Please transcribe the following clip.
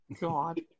God